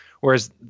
whereas